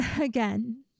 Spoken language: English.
Again